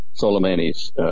Soleimani's